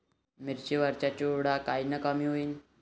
मिरची वरचा चुरडा कायनं कमी होईन?